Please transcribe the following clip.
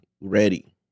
ready